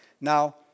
Now